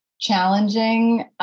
challenging